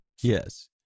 Yes